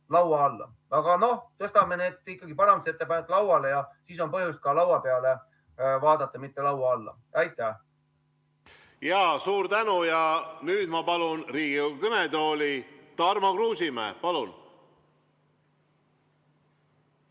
laua alla. Aga noh, tõstame need parandusettepanekud lauale, siis on põhjust ka laua peale vaadata, mitte laua alla. Aitäh! Suur tänu! Nüüd ma palun Riigikogu kõnetooli Tarmo Kruusimäe. Suur